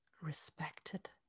respected